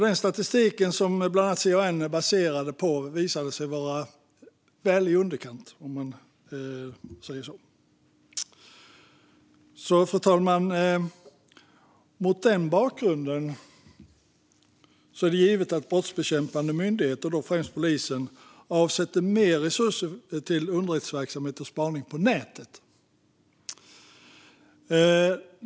Den statistik som bland annat CAN baserat sig på visade sig vara väl i underkant. Fru talman! Mot den bakgrunden är det givet att brottsbekämpande myndigheter och då främst polisen avsätter mer resurser till underrättelseverksamhet och spaning på nätet.